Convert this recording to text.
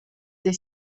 dei